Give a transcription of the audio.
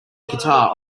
guitar